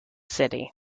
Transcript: city